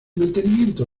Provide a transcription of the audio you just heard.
mantenimiento